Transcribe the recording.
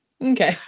Okay